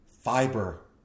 fiber